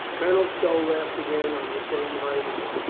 colonel stow laughed again on the same high note.